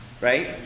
right